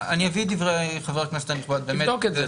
תשובה, אני אביא את דברי חבר הכנסת הנכבד, באמת.